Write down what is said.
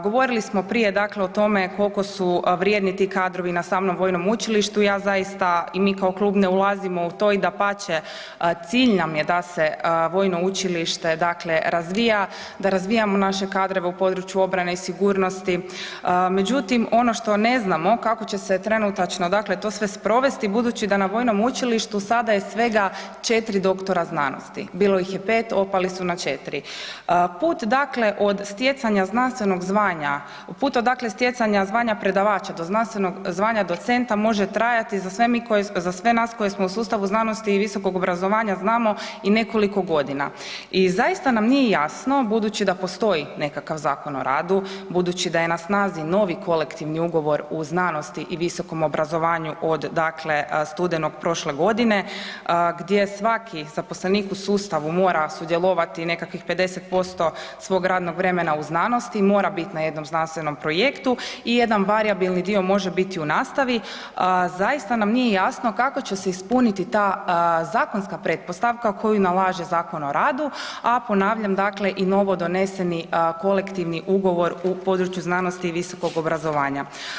Govorili smo prije o tome koliko su vrijedni ti kadrovi na samom Vojnom učilištu, ja zaista i mi kao klub ne ulazimo u to i dapače, cilj nam je da se Vojno učilište razvija, da razvijamo naše kadrove u području obrane i sigurnosti, međutim ono što ne znamo kako će se trenutačno to sve sprovesti budući da na Vojnom učilištu sada je svega 4 doktora znanosti, bilo ih je 5, opali su na 4. Put od stjecanja znanstvenog zvanja, od puta stjecanja zvanja predavača do znanstvenog zvanja docenta može trajati za sve nas koji smo u sustavu znanosti i visokog obrazovanja, znamo i nekoliko godina i zaista nam nije jasno budući da postoji nekakav Zakon o radu, budući da je na snazi novi Kolektivni ugovor u znanosti i visokom obrazovanju od studenog prošle godine gdje svaki zaposlenik u sustavu mora sudjelovati nekakvih 50% svog radnog vremena u znanosti, mora bit na jednom znanstvenom projektu i jedan varijabilni dio može biti u nastavi, zaista nam nije jasno kako će se ispuniti ta zakonska pretpostavka koju nalaže Zakon o radu a ponavljam dakle i novodoneseni Kolektivni ugovor u području znanosti i visokog obrazovanja.